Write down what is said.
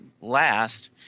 last